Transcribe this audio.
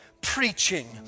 preaching